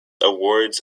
award